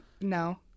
no